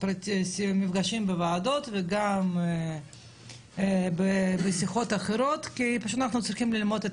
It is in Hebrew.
ירד 3000 וזו 2000, פחות או יותר, זה